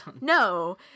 No